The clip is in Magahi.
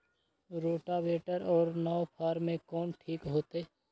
रोटावेटर और नौ फ़ार में कौन ठीक होतै?